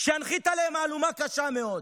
שינחית עליהם מהלומה קשה מאוד.